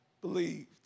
believed